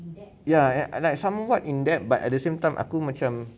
ya and I like somewhat in debt but at the same time aku macam